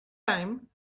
time